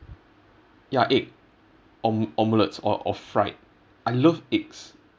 ya egg om~ omelettes or or fried I love eggs